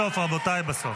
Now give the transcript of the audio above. בסוף, רבותיי.